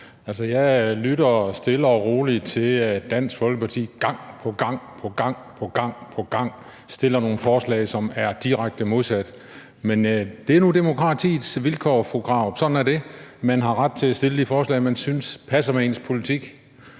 Jeg lytter stille og roligt, når Dansk Folkeparti gang på gang fremsætter nogle forslag, som er direkte modsat, men det er nu demokratiets vilkår, fru Marie Krarup. Sådan er det. Man har ret til at fremsætte de forslag, man synes passer med ens politik.